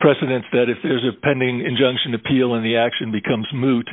precedence that if there's a pending injunction appealing the action becomes mo